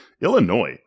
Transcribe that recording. Illinois